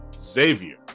Xavier